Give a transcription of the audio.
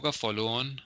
follow-on